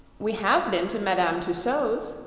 we have been to madame tussaud's,